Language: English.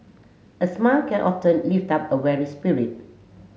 a smile can often lift up a weary spirit